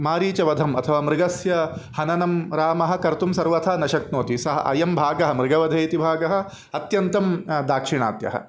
मारीचवधम् अथवा मृगस्य हननं रामः कर्तुं सर्वथा न शक्नोति सः अयं भागः मृगवधे इति भागः अत्यन्तं दाक्षिणात्यः